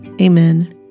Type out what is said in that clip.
Amen